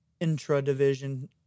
Intra-division